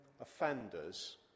offenders